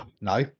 No